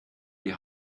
die